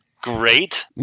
Great